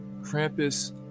Krampus